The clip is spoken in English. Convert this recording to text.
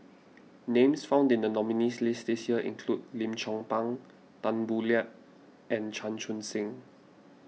names found in the nominees' list this year include Lim Chong Pang Tan Boo Liat and Chan Chun Sing